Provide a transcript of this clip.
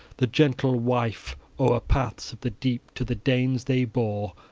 the gentle wife o'er paths of the deep to the danes they bore,